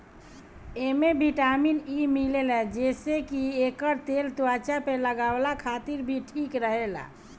एमे vitamin E मिलेला जेसे की एकर तेल त्वचा पे लगवला खातिर भी ठीक रहेला